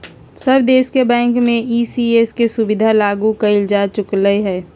सब देश के बैंक में ई.सी.एस के सुविधा लागू कएल जा चुकलई ह